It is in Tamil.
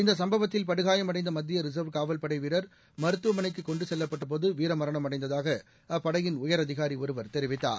இந்த சம்பவத்தில் படுகாயமடைந்த மத்திய ரிசர்வ் காவல்படை வீரர் மருத்துவமனைக்கு கொண்டு செல்லப்பட்டபோது வீரமரணமடைந்ததாக அப்படையின் உயரதிகாரி ஒருவர் தெரிவித்தார்